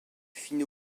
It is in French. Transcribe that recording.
finno